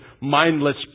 mindless